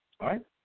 right